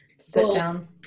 sit-down